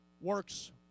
works